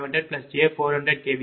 5j0